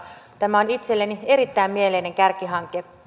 tämä on itselleni erittäin mieleinen kärkihanke